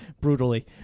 brutally